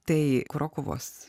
tai krokuvos